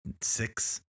six